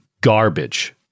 garbage